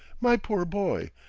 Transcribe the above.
my poor boy.